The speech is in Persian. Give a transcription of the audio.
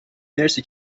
مرسی